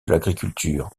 l’agriculture